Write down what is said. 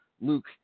Luke